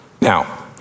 Now